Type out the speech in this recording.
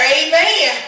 amen